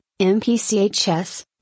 MPCHS